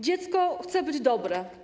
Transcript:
Dziecko chce być dobre.